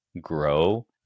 grow